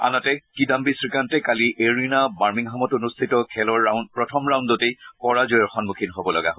আনহাতে কিদান্নী শ্ৰীকান্তে কালি এৰীনা বাৰ্মিংহামত অনুষ্ঠিত খেলৰ প্ৰথম ৰাউণ্ডতেই পৰাজয়ৰ সন্মুখীন হব লগা হয়